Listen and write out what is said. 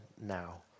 now